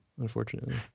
unfortunately